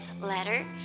letter